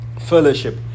fellowship